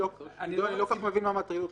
--- אני לא כל כך מבין מה מטריד אותך.